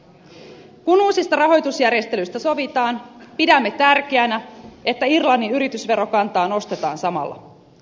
kun uusista rahoitusjärjestelyistä sovitaan pidämme tärkeänä että irlannin yritysverokantaa nostetaan samalla